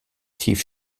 tief